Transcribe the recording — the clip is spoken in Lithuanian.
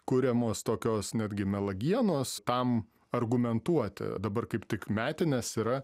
kuriamos tokios netgi melagėnuos tam argumentuoti dabar kaip tik metinės yra